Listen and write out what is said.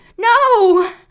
No